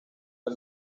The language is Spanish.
del